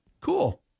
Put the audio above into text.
Cool